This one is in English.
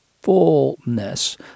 fullness